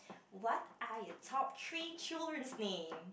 what are your top three children's name